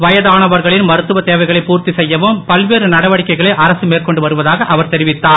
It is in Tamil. வயதானவர்களின் மருத்துவ தேவைகளை பூர்த்தி செய்யவும் பல்வேறு நடவடிக்கைகளை அரசு மேற்கொண்டு வருவதாக அவர் தெரிவித்தார்